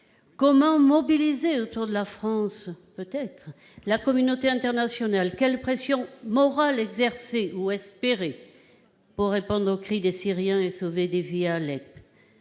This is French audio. Comment mobiliser autour de la France la communauté internationale ? Quelle pression morale peut-on exercer, ou espérer, pour répondre aux cris des Syriens et sauver des vies à Alep ?